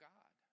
God